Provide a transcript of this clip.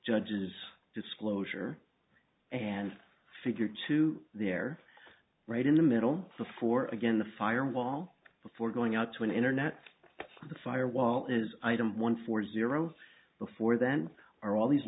judge's disclosure and figure two there right in the middle of the four again the firewall before going out to an internet the firewall is item one for zero before then are all these